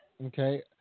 Okay